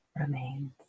remains